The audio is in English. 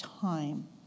time